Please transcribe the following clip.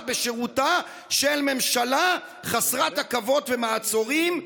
בשירותה של ממשלה חסרת עכבות ומעצורים.